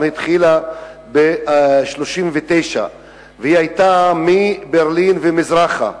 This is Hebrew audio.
התחילה ב-1939 והיא היתה מברלין ומזרחה,